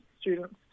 students